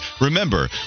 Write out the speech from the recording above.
Remember